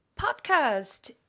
Podcast